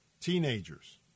teenagers